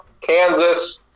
Kansas